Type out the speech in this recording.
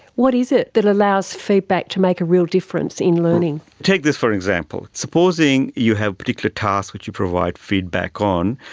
what is it that allows feedback to make a real difference in learning? take this for example, supposing you had a particular task which you provide feedback on,